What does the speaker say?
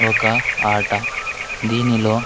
ఒక ఆట దీనిలో